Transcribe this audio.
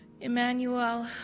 Emmanuel